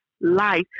life